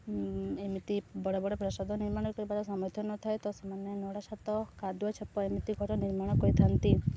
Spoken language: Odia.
ଏମିତି ବଡ଼ ବଡ଼ ପ୍ରସାଦ ନିର୍ମାଣ କରିବାର ସାମର୍ଥ୍ୟ ନଥାଏ ତ ସେମାନେ ନଡ଼ା ଛାତ କାଦୁଅ ଛାତ ଏମିତି ଘର ନିର୍ମାଣ କରିଥାନ୍ତି